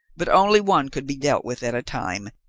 but only one could be dealt with at a time,